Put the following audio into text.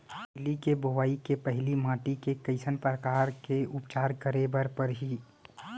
तिलि के बोआई के पहिली माटी के कइसन प्रकार के उपचार करे बर परही?